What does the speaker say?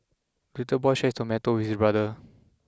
the little boy shared his tomato with his brother